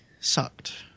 sucked